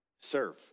serve